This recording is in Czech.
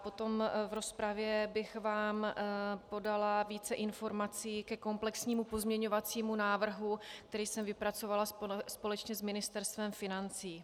Potom v rozpravě bych vám podala více informací ke komplexnímu pozměňovacímu návrhu, který jsem vypracovala společně s Ministerstvem financí.